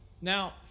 Now